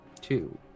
two